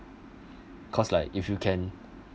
cause like if you can